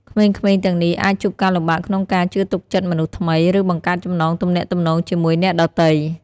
ក្មេងៗទាំងនេះអាចជួបការលំបាកក្នុងការជឿទុកចិត្តមនុស្សថ្មី ឬបង្កើតចំណងទំនាក់ទំនងជាមួយអ្នកដទៃ។